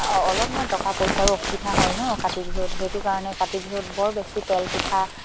অলপমান টকা পইচাৰো অসুবিধা হয় ন কাতি বিহুত সেইটো কাৰণে কাতি বিহুত বৰ বেছি তেল পিঠা